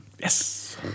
Yes